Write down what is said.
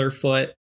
foot